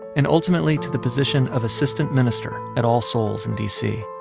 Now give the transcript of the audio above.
and ultimately to the position of assistant minister at all souls in d c